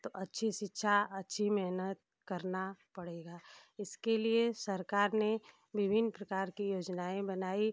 तो अच्छी शिक्षा अच्छी मेहनत करना पड़ेगा इसके लिए सरकार ने विभिन्न प्रकार की योजनाएँ बनाई